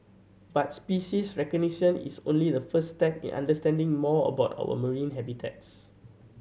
but species recognition is only the first step in understanding more about our marine habitats